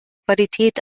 qualität